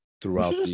throughout